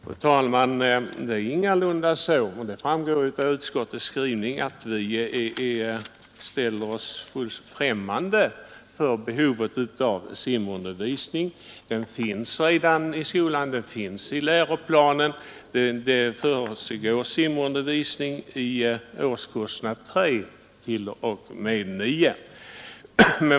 Fru talman! Det är ingalunda så och det framgår av utskottets skrivning — att vi ler oss främmande för behovet av simundervisning. Enligt läroplanen förkommer simundervisning i årskurserna 3—9.